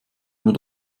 nur